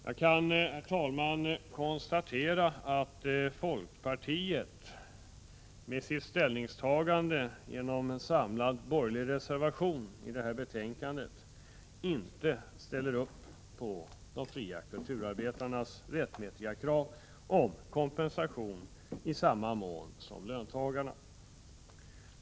Jag kan konstatera att folkpartiet, med sitt ställningstagande för en samlad borgerlig reservation till detta betänkande, inte ställer upp på de fria kulturarbetarnas rättmätiga krav om kompensation i samma mån som till löntagarna.